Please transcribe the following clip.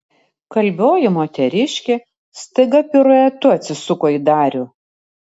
kalbioji moteriškė staiga piruetu atsisuko į darių